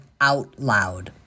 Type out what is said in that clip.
OUTLOUD